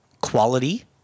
quality